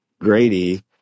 Grady